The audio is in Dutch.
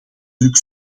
druk